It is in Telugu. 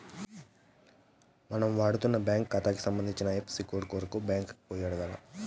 మనం వాడతన్న బ్యాంకు కాతాకి సంబంధించిన ఐఎఫ్ఎసీ కోడు కోసరం బ్యాంకికి పోయి అడగాల్ల